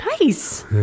Nice